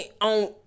on